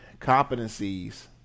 competencies